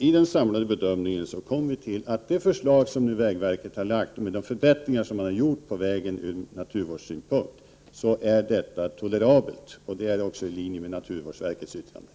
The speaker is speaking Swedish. I den samlade bedömningen kom vi fram till att det förslag som vägverket lagt fram, med de förbättringar man gjort ur naturvårdssynpunkt, är tolerabelt. Det är också i linje med naturvårdsverkets yttrande.